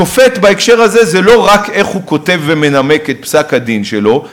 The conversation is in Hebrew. שופט בהקשר הזה זה לא רק איך הוא כותב ומנמק את פסק-הדין שלו,